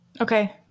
Okay